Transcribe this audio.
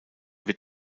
wird